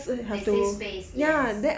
they save space yes